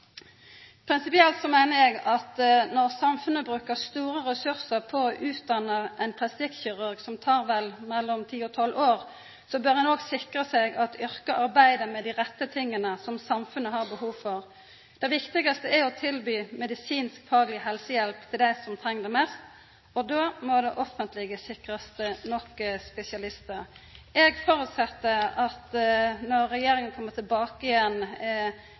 Prinsipielt meiner eg at når samfunnet brukar store ressursar på å utdanna ein plastikkirurg, som vel tek ti–tolv år, bør ein òg sikra seg at yrket arbeider med dei rette tinga som samfunnet har behov for. Det viktigaste er å tilby medisinskfagleg helsehjelp til dei som treng det mest, og då må det offentlege sikrast nok spesialistar. Eg føreset at når regjeringa kjem tilbake